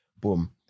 Boom